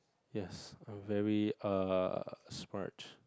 yes I'm very err smart